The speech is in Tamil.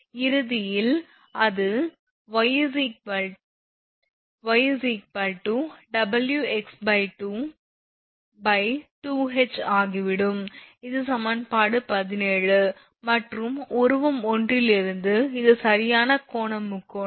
இறுதியில் அது y Wx22H ஆகிவிடும் இது சமன்பாடு 17 மற்றும் உருவம் ஒன்றில் இருந்து இது சரியான கோண முக்கோணம்